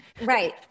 Right